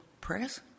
press